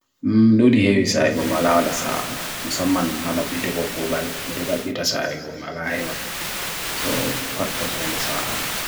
nudi hewisai gomalawa dasa musaman nada pitu ko kogal nida da pitu dasa hewisai gomalawa hewa so pato suhende saa on